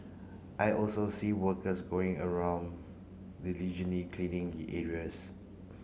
I also see workers going around diligently cleaning the areas